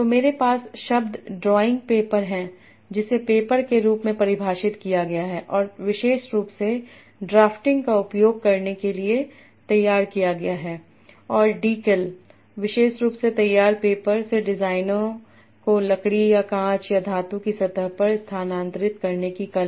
तो मेरे पास शब्द ड्राइंग पेपर है जिसे पेपर के रूप में परिभाषित किया गया है जो विशेष रूप से ड्राफ्टिंग का उपयोग करने के लिए तैयार किया गया है और डीकल विशेष रूप से तैयार पेपर से डिजाइनों को लकड़ी या कांच या धातु की सतह पर स्थानांतरित करने की कला